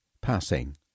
Passing